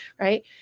right